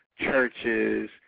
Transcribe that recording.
churches